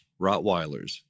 Rottweilers